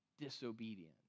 disobedient